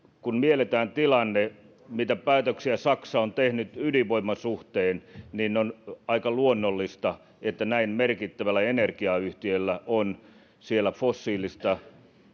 kun mielletään tilanne mitä päätöksiä saksa on tehnyt ydinvoiman suhteen niin on aika luonnollista että näin merkittävällä energiayhtiöllä on siellä fossiilista